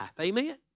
amen